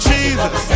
Jesus